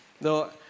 No